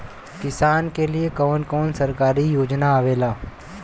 किसान के लिए कवन कवन सरकारी योजना आवेला?